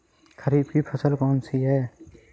खरीफ की फसल कौन सी है?